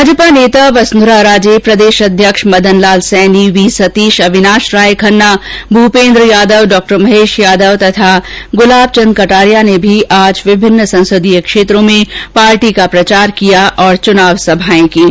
भाजपा नेता वसुंधरा राजे प्रदेष अध्यक्ष मदन लाल सैनी वी सतीष अविनाष राय खन्ना भूपेन्द्र यादव डॉ महेष यादव तथा गुलाब चंद कटारिया ने भी आज विभिन्न संसदीय क्षेत्रों में पार्टी का प्रचार और चुनावी सभाएं कीं